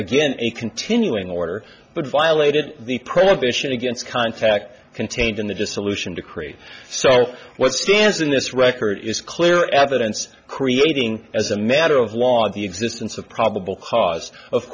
again a continuing order but violated the preservation against contact contained in the dissolution decree so what stands in this record is clear evidence creating as a matter of law the existence of probable cause of